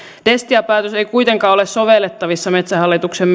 destia päätös ei kuitenkaan ole sovellettavissa metsähallituksen